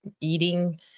eating